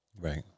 Right